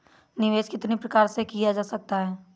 निवेश कितनी प्रकार से किया जा सकता है?